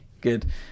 good